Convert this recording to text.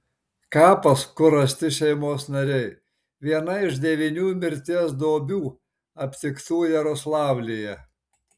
kapas kur rasti šeimos nariai viena iš devynių mirties duobių aptiktų jaroslavlyje